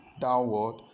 downward